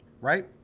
right